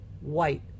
white